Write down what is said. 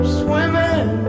swimming